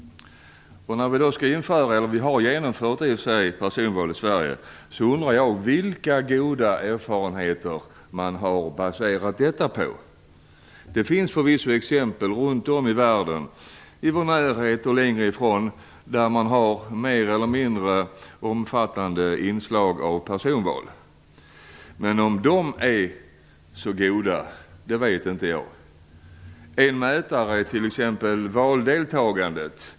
När vi nu genomfört personval i Sverige så undrar jag vilka goda erfarenheter man har baserat detta på. Det finns förvisso exempel runt om i världen, i vår närhet och längre ifrån, där man har mer eller mindre omfattande inslag av personval. Om erfarenheterna är så goda vet inte jag. En mätare är t.ex. valdeltagandet.